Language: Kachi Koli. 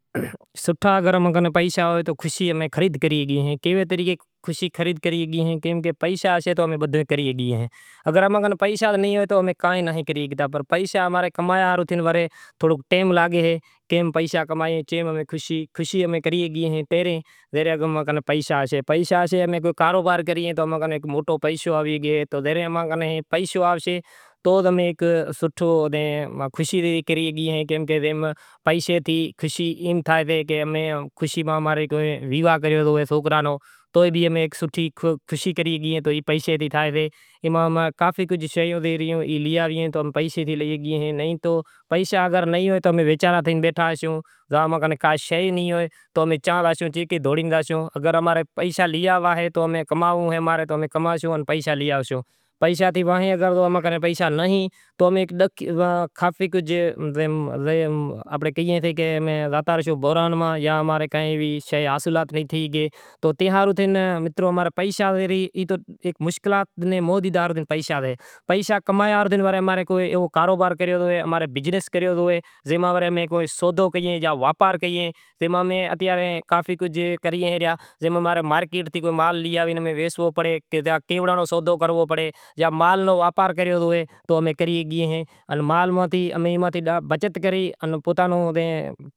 سوٹھا اگر اماں کنیں پیشا ہوئیں تو خوشی امیں خرید کرے شگھیں شے کیوے طریقت خوشی خرید کرے شگھاں اگر پیشا ہوئیشیں تو امیں بدہو ئی کرے شگھیشاں، اگر اماں کنیں پیشا ناں ہوئیں تو امیں کہیں نہیں کرے شگھاں۔ کیم پیشا کمائے کیم خوشی امیں کری شگھیں پہریں تو امیں کن پیشا آشیں، پیشا آشیں تو کاروبار کریئے پیشو آوشے تو امیں سوٹھو امیں خوشی کریئیں۔ پیشے ماں شوشی ایم تھائیسے کہ پیشے ماں اماں رے ویواہ کریو زائے سوکراں رو تو ئے امیں سوٹھی شوشی کری سگھئیاں پیشے ری۔ کافی کجھ شیوں بھی ایویوں سے کہ پیشا اگر نہیں ہوئیں تو امیں ویچارا تھے بیٹھا ہوئیساں اماں کن کا شے نہیں ہوئے تو امیں چاں جائیسوں اگر امارے کن پیشا لینئا ہوشیں تو ماں کن پیشا نہیںایں تو کافی کجھ آنپڑے کو بحران ماں تو پیشا ہوئیں تو مشکلات ناں مونہں بھی ڈائیں۔ کافی کجھ کری شگیا یا کیوڑاں نو سودو کرنڑو پڑے اگر مال ماتھے بچت کری پوتاں نیں امیں